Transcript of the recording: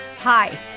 Hi